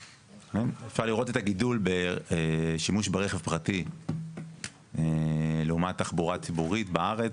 אפשר לראות את הגידול בשימוש ברכב פרטי לעומת תחבורה ציבורית בארץ.